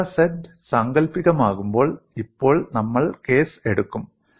delta z സാങ്കൽപ്പികമാകുമ്പോൾ ഇപ്പോൾ നമ്മൾ കേസ് എടുക്കും